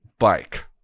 Bike